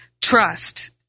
trust